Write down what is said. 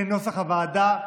כנוסח הוועדה,